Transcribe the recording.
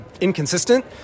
inconsistent